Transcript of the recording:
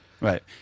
Right